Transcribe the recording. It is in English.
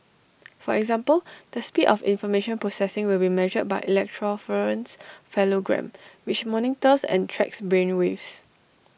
for example the speed of information processing will be measured by electroencephalogram which monitors and tracks brain waves